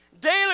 Daily